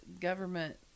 government